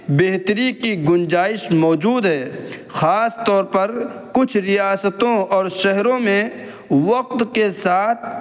بہتری کی گنجائش موجود ہے خاص طور پر کچھ ریاستوں اور شہروں میں وقت کے ساتھ